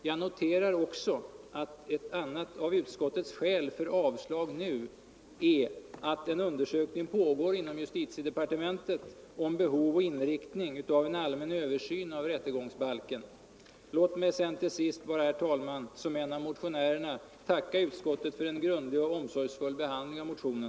Jag noterar också att ett annat av utskottets skäl för avslag nu är att en undersökning pågår inom justitiedepartementet om behov och inriktning av en allmän översyn av rättegångsbalken. Herr talman! Låt mig sedan till sist, som en av motionärerna, tacka utskottet för en grundlig och omsorgsfull behandling av motionen.